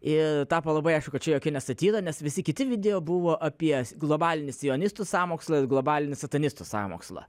ir tapo labai aišku kad čia jokia ne satyra nes visi kiti video buvo apie globalinį sionistų sąmokslą ir globalinį satanistų sąmokslą